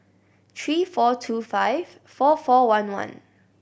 three four two five four four one one